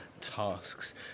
tasks